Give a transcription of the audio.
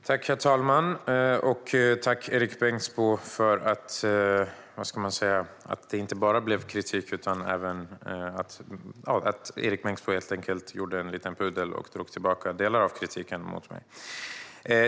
Herr talman! Tack, Erik Bengtzboe, för att det inte bara blev kritik utan att du helt enkelt gjorde en liten pudel och drog tillbaka delar av kritiken mot mig.